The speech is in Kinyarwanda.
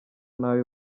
nabi